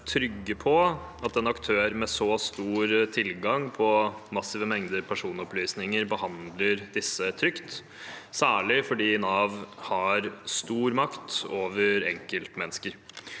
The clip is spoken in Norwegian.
trygge på at en aktør med så stor tilgang på massive mengder personopplysninger behandler disse trygt, særlig fordi Nav har stor makt over enkeltmennesker.